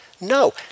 no